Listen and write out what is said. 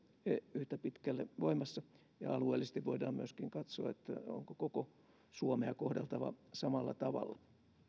yhtä pitkälle voimassa alueellisesti voidaan myöskin katsoa onko koko suomea kohdeltava samalla tavalla